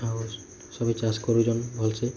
ଆଉ ସଭିଏ ଚାଷ କରୁଛନ୍ ଭଲ ସେ